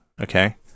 Okay